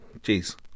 Jeez